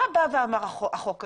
מה בא ואמר החוק הזה?